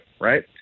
right